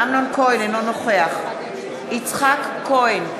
אינו נוכח יצחק כהן,